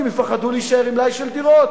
כי הם יפחדו להישאר עם מלאי של דירות.